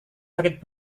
sakit